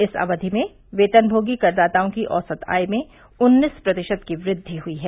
इस अवधि में वेतनभोगी करदाताओं की औसत आय में उन्नीस प्रतिशत की वृद्धि हुई है